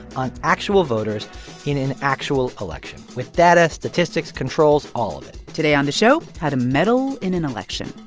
on actual voters in an actual election, with data, statistics, controls all of it today on the show, how to meddle in an election,